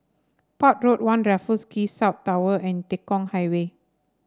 Port Road One Raffles Quay South Tower and Tekong Highway